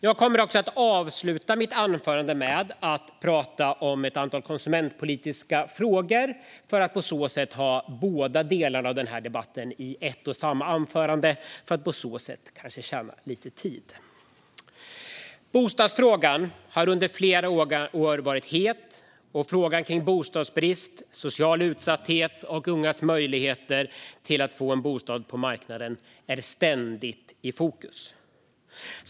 Jag kommer att avsluta mitt anförande med att tala om ett antal konsumentpolitiska frågor för att på så sätt få med båda delarna av denna debatt i ett och samma anförande och spara lite tid. Bostadsfrågan har under flera år varit het, och bostadsbrist, social utsatthet och ungas möjlighet att ta sig in på bostadsmarknaden står ständigt i fokus.